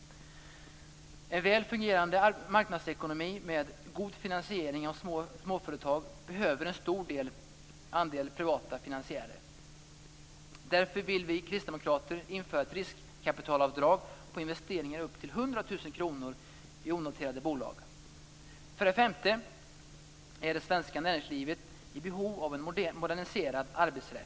En väl fungerande marknadsekonomi med god finansiering av småföretag behöver en stor andel privata finansiärer. Därför vill vi kristdemokrater införa ett riskkapitalavdrag på investeringar upp till För det femte är det svenska näringslivet i behov av en moderniserad arbetsrätt.